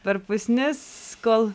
per pusnis kol